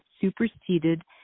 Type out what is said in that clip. superseded